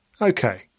okay